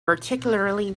particularly